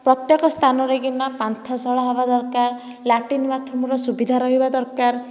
ପ୍ରତ୍ୟେକ ସ୍ଥାନରେ କେଇନା ପାନ୍ଥଶାଳା ହେବା ଦରକାର ଲାଟିନ ବାଥରୁମ୍ର ସୁବିଧା ରହିବା ଦରକାର